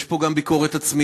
יש פה גם ביקורת עצמית,